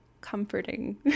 comforting